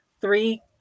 three